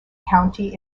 county